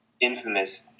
Infamous